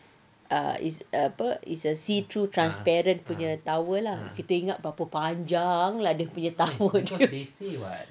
ah is a apa is a see through transparent punya transparent punya tower ah kita ingat berapa panjang lah dia punya tower